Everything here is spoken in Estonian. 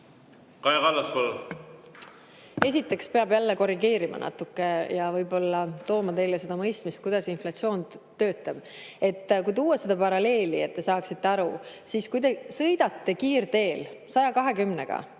Kaja Kallas, palun! Esiteks peab jälle korrigeerima natuke ja võib-olla tooma teile seda mõistmist, kuidas inflatsioon töötab. Toon paralleeli, et te saaksite aru. Kui te sõidate kiirteel 120